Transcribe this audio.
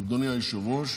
אדוני היושב-ראש,